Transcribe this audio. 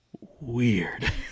weird